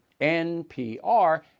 NPR